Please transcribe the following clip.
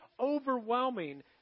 Overwhelming